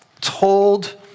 told